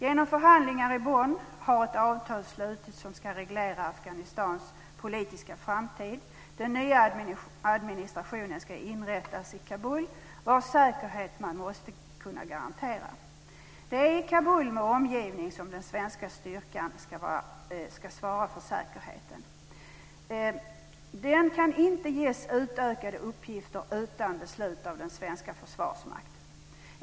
Genom förhandlingar i Bonn har ett avtal slutits som ska reglera Afghanistans politiska framtid. Den nya administrationen ska inrättas i Kabul, vars säkerhet man måste kunna garantera. Det är i Kabul med omgivning som den svenska styrkan ska svara för säkerheten. Den kan inte ges utökade uppgifter utan beslut av den svenska Försvarsmakten.